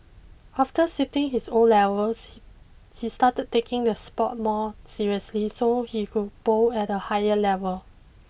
after sitting his O levels he started taking the sport more seriously so he could bowl at a higher level